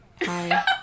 Hi